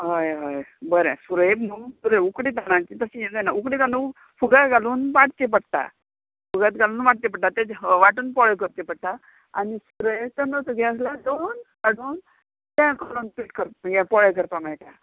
हय हय बरें सुरय न्हू सुरय उकडे तांदळाचे तशें हें जायना उकडे तांदूळ फुगो घालून वाटचें पडटा फुगत घालून वाटचें पडटा तेजें वांटून पोळे करचें पडटा आनी सुरय तांदूळ तुगे आसल्यार दोन काडून तें करून पीट कर पोळे करपा मेयटा हय